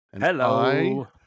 Hello